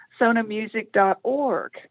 Sonamusic.org